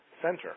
center